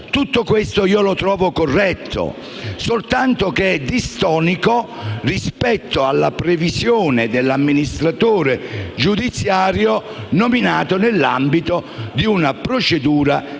tutto questo corretto, anche se è distonico rispetto alla previsione dell'amministratore giudiziario nominato nell'ambito di una procedura di interdittiva